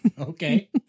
Okay